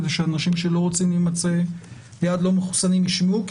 כדי שאנשים שלא רוצים להימצא ליד לא מחוסנים יידעו.